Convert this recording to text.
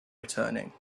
returning